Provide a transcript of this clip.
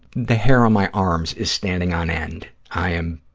the hair on my arms is standing on end, i am,